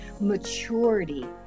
maturity